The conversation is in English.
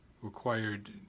required